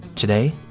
Today